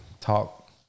talk